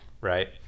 right